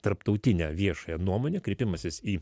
tarptautinę viešąją nuomonę kreipimasis į